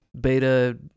beta